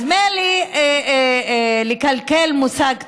אז מילא לקלקל מושג טוב,